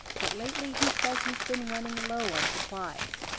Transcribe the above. but lately, he says he's been running low on supplies.